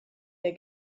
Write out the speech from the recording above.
der